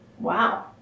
Wow